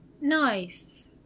Nice